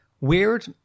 weird